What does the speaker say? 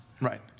Right